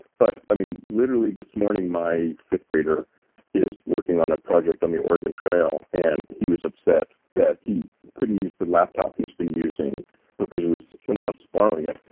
but literally, this morning, my fifth grader is working on a project on the oregon trail and he was upset that he couldn't use the laptop he's been using because it was someone else borrowing it.